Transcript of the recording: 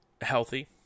Healthy